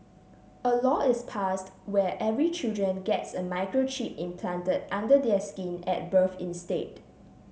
a law is passed where every children gets a microchip implanted under their skin at birth instead